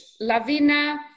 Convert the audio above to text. Lavina